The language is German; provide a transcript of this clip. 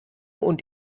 und